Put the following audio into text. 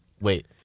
wait